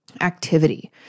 activity